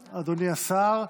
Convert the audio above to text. תודה רבה, אדוני השר.